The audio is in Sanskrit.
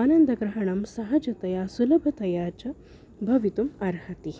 आनन्दग्रहणं सहजतया सुलभतया च भवितुम् अर्हति